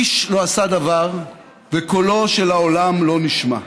איש לא עשה דבר, וקולו של העולם לא נשמע.